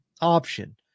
option